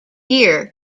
year